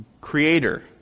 Creator